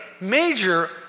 major